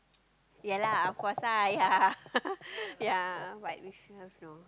ya lah of course ah yeah yeah but if have no